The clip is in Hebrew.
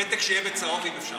הפתק, שיהיה בצהוב, אם אפשר,